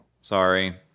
Sorry